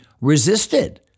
resisted